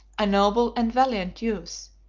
a noble and valiant youth,